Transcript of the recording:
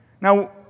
Now